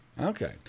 Okay